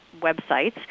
websites